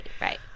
Right